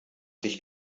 dich